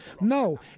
No